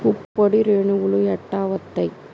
పుప్పొడి రేణువులు ఎట్లా వత్తయ్?